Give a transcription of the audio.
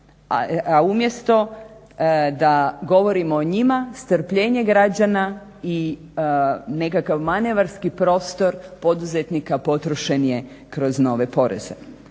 a umjesto da govorimo o njima strpljenje građana i nekakav manevarski prostor poduzetnika potrošen je kroz nove poreze.